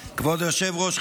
היושב-ראש,